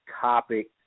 topic